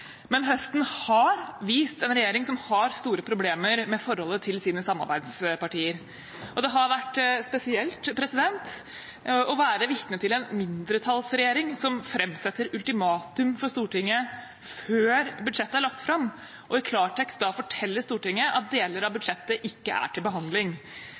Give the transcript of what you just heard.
Men høsten har vist en regjering som har store problemer med forholdet til sine samarbeidspartier. Det har vært spesielt å være vitne til en mindretallsregjering som framsetter ultimatum for Stortinget før budsjettet er lagt fram, og i klartekst da forteller Stortinget at deler av budsjettet ikke er til behandling.